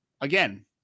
again